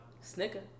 snicker